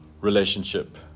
relationship